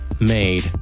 made